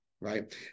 right